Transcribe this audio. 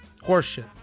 Horseshit